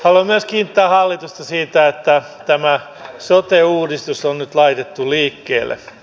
haluan myös kiittää hallitusta siitä että tämä sote uudistus on nyt laitettu liikkeelle